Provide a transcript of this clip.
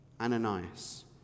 Ananias